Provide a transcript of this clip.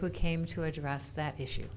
who came to address that issue